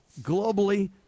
globally